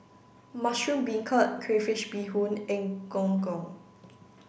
mushroom beancurd crayfish beehoon and Gong Gong